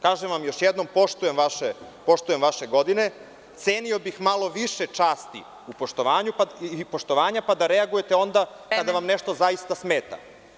Kažem, još jednom, poštujem vaše godine, cenio bih malo više časti u poštovanju, pa da reagujete onda, da vam nešto zaista smeta.